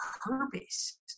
purpose